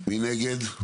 מי נגד?